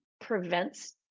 prevents